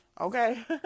Okay